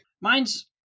mine's